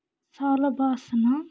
ಹಾಲಬಾಸನ